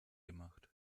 gemacht